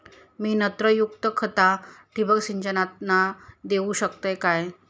मी नत्रयुक्त खता ठिबक सिंचनातना देऊ शकतय काय?